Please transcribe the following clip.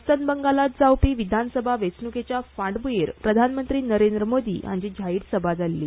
अस्तंत बंगालांत जावपी विधानसभा वेंचणुकेच्या फाटभूंयेर प्रधानमंत्री नरेंद्र मोदी हांची जाहीर सभा जाली